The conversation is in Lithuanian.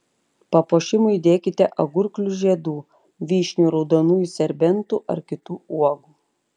papuošimui įdėkite agurklių žiedų vyšnių raudonųjų serbentų ar kitų uogų